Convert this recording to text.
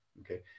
okay